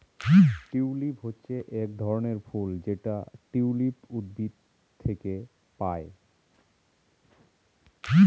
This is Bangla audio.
টিউলিপ হচ্ছে এক ধরনের ফুল যেটা টিউলিপ উদ্ভিদ থেকে পায়